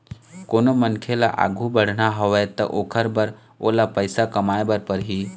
कोनो मनखे ल आघु बढ़ना हवय त ओखर बर ओला पइसा कमाए बर परही